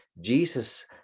Jesus